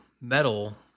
metal